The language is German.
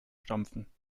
stampfen